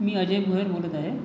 मी अजय भोईर बोलत आहे